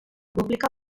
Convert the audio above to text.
pública